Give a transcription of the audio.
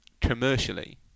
commercially